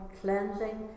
cleansing